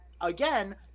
again